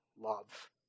love